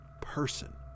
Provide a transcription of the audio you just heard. person